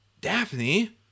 Daphne